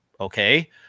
okay